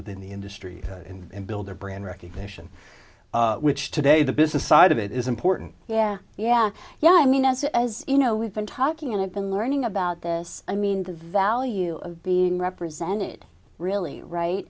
within the industry in and build their brand recognition which today the business side of it is important yeah yeah yeah i mean as as you know we've been talking and i've been learning about this i mean the value of being represented really right